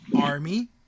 Army